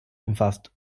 umfasst